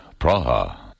Praha